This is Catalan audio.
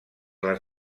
les